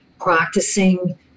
practicing